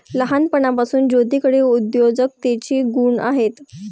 लहानपणापासून ज्योतीकडे उद्योजकतेचे गुण आहेत